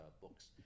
books